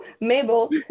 Mabel